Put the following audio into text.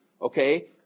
okay